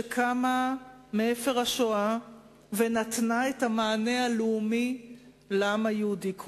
שקמה מאפר השואה ונתנה את המענה הלאומי לעם היהודי כולו.